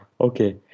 Okay